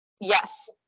Yes